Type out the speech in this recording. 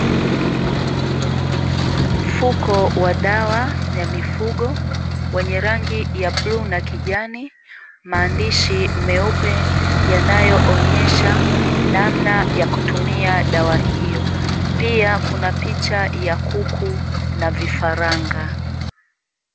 Mfuko wa dawa ya mifugo wenye rangi ya bluu na kijani, maandishi meupe yanayoonyesha namna ya kutumia dawa hiyo, pia kuna picha ya kuku na vifaranga.